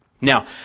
Now